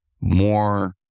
more